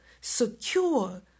secure